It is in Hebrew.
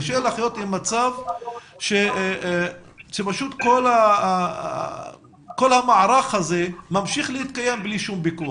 קשה לחיות עם מצב שכל המערך הזה ממשיך להתקיים ללא כל פיקוח.